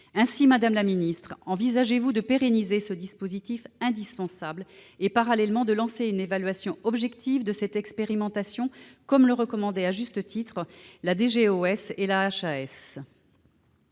Ainsi, madame la secrétaire d'État, envisagez-vous de pérenniser ce dispositif indispensable et, parallèlement, de lancer une évaluation objective de cette expérimentation, comme le recommandaient à juste titre la Direction